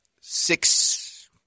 six –